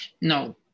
no